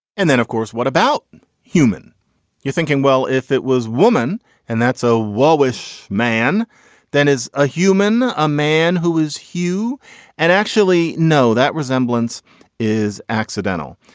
and then of course what about human you're thinking well if it was woman and that's a wall wish man then is a human. a man who is hew and actually know that resemblance is accidental.